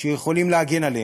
שיכולים להגן עליהם.